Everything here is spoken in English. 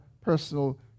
personal